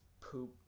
poop